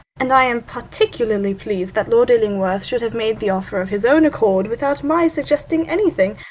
and i am particularly pleased that lord illingworth should have made the offer of his own accord without my suggesting anything.